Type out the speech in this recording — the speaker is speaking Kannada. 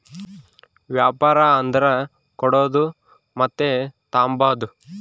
ವ್ಯಾಪಾರ ಅಂದರ ಕೊಡೋದು ಮತ್ತೆ ತಾಂಬದು